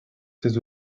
ces